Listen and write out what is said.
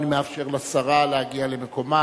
כמובן, אני מאפשר לשרה להגיע למקומה,